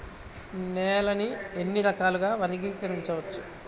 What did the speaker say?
నేలని ఎన్ని రకాలుగా వర్గీకరించవచ్చు?